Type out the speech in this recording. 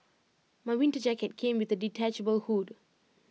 my winter jacket came with A detachable hood